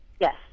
Yes